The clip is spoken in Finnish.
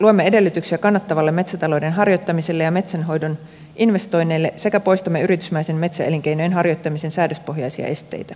luomme edellytyksiä kannattavalle metsätalouden harjoittamiselle ja metsänhoidon investoinneille sekä poistamme yritysmäisen metsäelinkeinojen harjoittamisen säädöspohjaisia esteitä